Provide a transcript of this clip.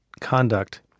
conduct